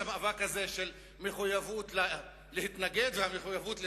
המאבק הזה של המחויבות להתנגד והמחויבות לתמוך.